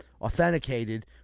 authenticated